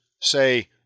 say